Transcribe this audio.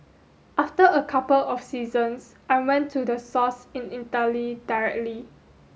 after a couple of seasons I went to the source in Italy directly